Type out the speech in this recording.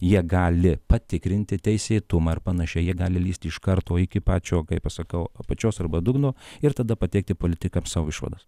jie gali patikrinti teisėtumą ar panašiai jie gali lįsti iš karto iki pačio kai pasakau apačios arba dugno ir tada pateikti politikams savo išvadas